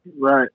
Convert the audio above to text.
Right